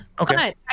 Okay